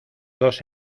dos